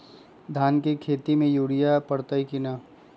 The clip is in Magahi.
धान के खेती में यूरिया परतइ कि न?